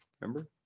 Remember